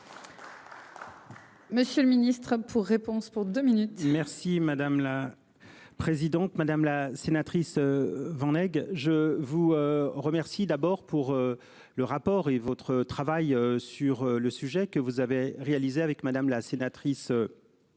Monsieur le Ministre pour réponse pour 2 minutes. Merci madame la. Présidente madame la sénatrice. Vent. Je vous remercie d'abord pour le rapport et votre travail sur le sujet que vous avez réalisé avec madame la sénatrice.